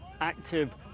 active